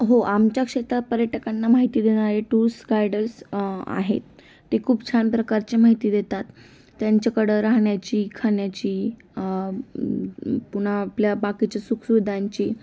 हो आमच्या क्षेत्रात पर्यटकांना माहिती देणारे टुरस गायडर्स आहेत ते खूप छान प्रकारचे माहिती देतात त्यांच्याकडं राहण्याची खाण्याची पुन्हा आपल्या बाकीच्या सुखसुविधांची